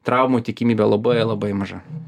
traumų tikimybė labai labai maža